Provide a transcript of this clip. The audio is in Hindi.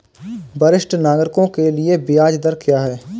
वरिष्ठ नागरिकों के लिए ब्याज दर क्या हैं?